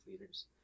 leaders